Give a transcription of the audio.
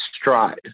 stride